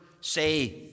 say